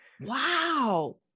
Wow